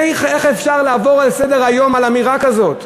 איך אפשר לעבור לסדר-היום על אמירה כזאת?